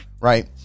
right